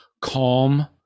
calm